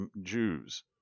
Jews